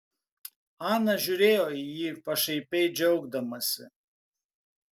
ana žiūrėjo į jį pašaipiai džiaugdamasi